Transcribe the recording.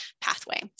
pathway